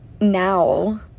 now